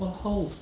what how